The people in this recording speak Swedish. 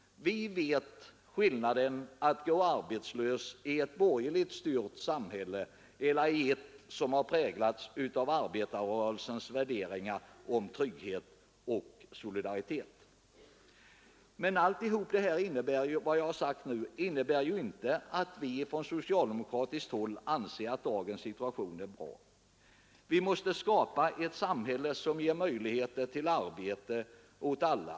Vi vet skillnaden mellan att gå arbetslös i ett borgerligt styrt samhälle och ett som präglats av arbetarrörelsens värderingar om trygghet och solidaritet. Allt detta innebär emellertid inte att vi på socialdemokratiskt håll anser att dagens situation är bra. Vi måste skapa ett samhälle, som ger möjligheter till arbete åt alla.